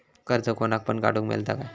कर्ज कोणाक पण काडूक मेलता काय?